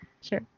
Sure